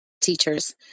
teachers